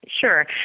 Sure